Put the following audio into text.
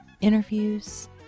interviews